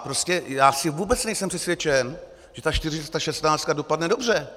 Prostě já vůbec nejsem přesvědčen, že ta čtyřistašestnáctka dopadne dobře.